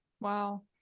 wow